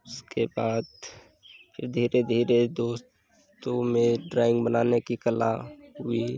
उसके बाद फिर धीरे धीरे दोस्तों में ड्राइंग बनाने की कला हुई